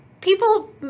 people